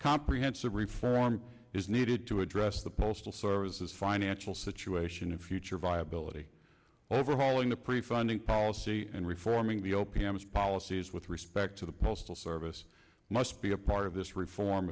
comprehensive reform is needed to address the postal service's financial situation and future viability overhauling the prefunding policy and reforming the o p s policies with respect to the postal service must be a part of this reform